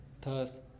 thus